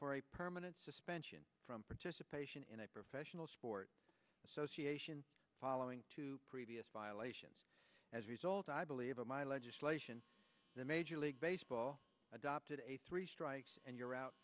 for a permanent suspension from participation in a professional sport association following two previous violations as a result i believe of my legislation that major league baseball adopted a three strikes and you're out